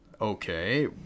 Okay